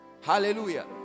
Hallelujah